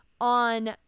on